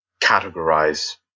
categorize